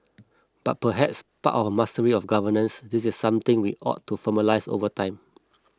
but perhaps part of mastery of governance this is something we ought to formalise over time